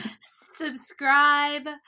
Subscribe